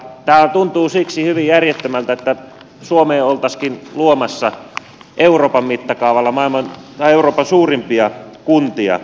tämä tuntuu siksi hyvin järjettömältä että suomeen oltaisiinkin luomassa euroopan mittakaavalla euroopan suurimpia kuntia